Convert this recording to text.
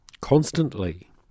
constantly